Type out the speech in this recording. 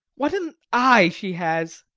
what an eye she has!